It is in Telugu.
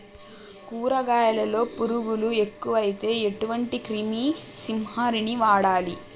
కూరగాయలలో పురుగులు ఎక్కువైతే ఎటువంటి క్రిమి సంహారిణి వాడాలి?